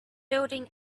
building